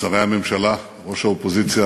שרי הממשלה, ראש האופוזיציה